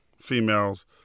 females